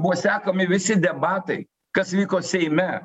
buvo sekami visi debatai kas vyko seime